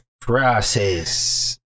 Process